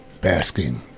basking